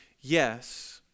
Yes